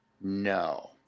No